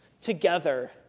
together